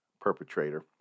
perpetrator